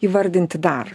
įvardinti dar